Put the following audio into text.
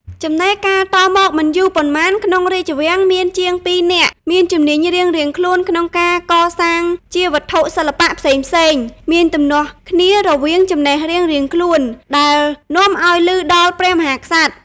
ចំណេរកាលតមកមិនយូរប៉ុន្មាន ក្នុងរាជវាំងមានជាងពីរនាក់មានជំនាញរៀងៗខ្លួនក្នុងការកសាងជាវត្ថុសិល្បៈផ្សេងៗ មានទំនាស់គ្នារវាងចំណេះរៀងៗខ្លួន ដែលនាំឱ្យឮដល់ព្រះមហាក្សត្រ។